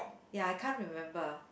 ya I can't remember